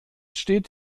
steht